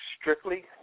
strictly